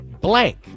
blank